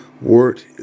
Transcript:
wort